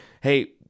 hey